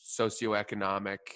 socioeconomic